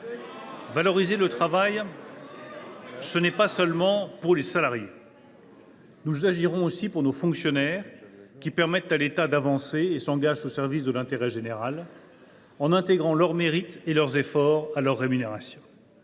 Valoriser le travail, ce n’est pas seulement agir pour les salariés. Nous agirons aussi pour nos fonctionnaires, qui permettent à l’État d’avancer et qui s’engagent au service de l’intérêt général, en intégrant leurs mérites et leurs efforts à leur rémunération.